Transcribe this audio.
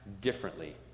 differently